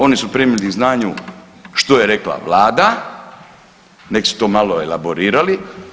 Oni su primili k znanju što je rekla Vlada, neka su to malo elaborirali.